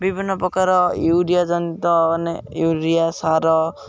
ବିଭିନ୍ନପ୍ରକାର ୟୁରିଆଜନିତ ମାନେ ୟୁରିଆ ସାର